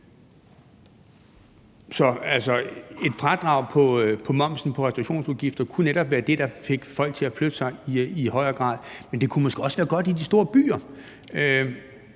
Så et fradrag på momsen på restaurationsudgifter kunne netop være det, der fik folk til at flytte sig i højere grad, men det kunne måske også være godt i de store byer.